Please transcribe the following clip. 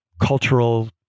cultural